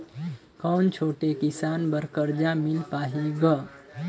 कौन छोटे किसान बर कर्जा मिल पाही ग?